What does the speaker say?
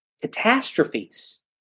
catastrophes